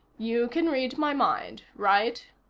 you can read my mind, right?